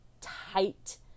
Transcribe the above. tight